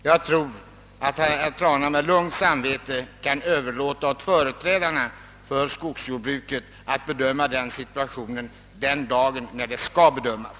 Jag tror att herr Trana med lugnt samvete kan överlåta åt företrädarna för skogsjordbruket att bedöma situationen den dag bedömningen skall göras.